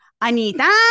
Anita